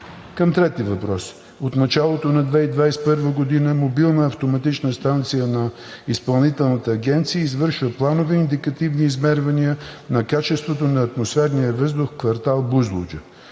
Към третия въпрос. От началото на 2021 г. мобилна автоматична станция на Изпълнителната агенция извършва планови индикативни измервания на качеството на атмосферния въздух в квартал „Бузлуджа“.